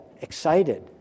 excited